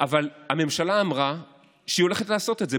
אבל הממשלה אמרה שהיא הולכת לעשות את זה.